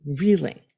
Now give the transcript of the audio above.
reeling